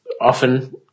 often